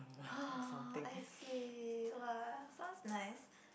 ah I see !wah! sounds nice